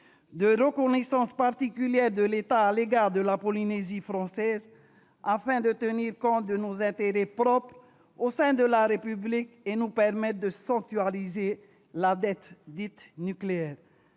« reconnaissance particulière de l'État à l'égard de la Polynésie française » afin de tenir compte de nos intérêts propres au sein de la République et de permettre la sanctuarisation de la dette dite « nucléaire